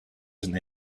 and